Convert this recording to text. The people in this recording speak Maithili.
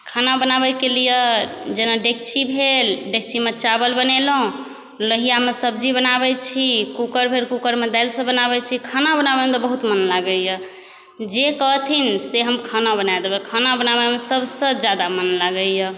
खाना बनावैके लिए जेना डेगची भेल डेगचीमे चावल बनेलहुँ लोहिआमे सब्जी बनाबै छी कुकर भेल कुकरमे दालि सभ बनावै छी खाना बनावैमे तऽ बहुत मन लागैया जे कहथिन से हम खाना बना देबै खाना बनाबैमे सबसँ बेसी मन लागैया